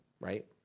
right